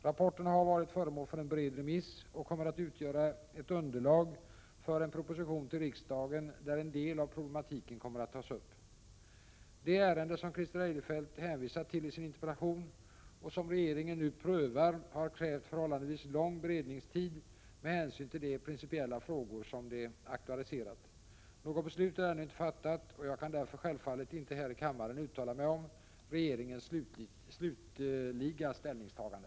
Rapporterna har varit föremål för en | bred remiss och kommer att utgöra ett underlag för en proposition till riksdagen där en del av problematiken kommer att tas upp. 45 Det ärende som Christer Eirefelt hänvisar till i sin interpellation och som regeringen nu prövar har krävt förhållandevis lång beredningstid med hänsyn till de principiella frågor som det aktualiserat. Något beslut är ännu inte fattat, och jag kan därför självfallet inte här i kammaren uttala mig om regeringens slutliga ställningstagande.